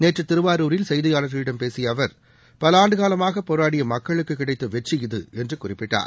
நேற்று திருவாரூரில் செய்தியாளர்களிடம் பேசிய அவர் பல ஆண்டு காலமாக போராடிய மக்களுக்கு கிடைத்த வெற்றி இது என்று குறிப்பிட்டார்